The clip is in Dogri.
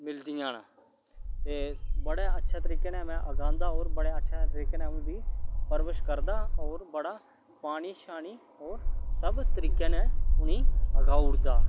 मिलदियां न ते बड़े अच्छे तरीके नै में अगांदा होर बड़े अच्छे तरीके नै उं'दी परवरिश करदा होर बड़ा पानी शानी होर सब तरीके नै उ'नें ई अगाऊ उड़दा